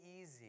easy